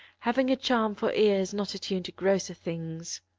having a charm for ears not attuned to grosser things.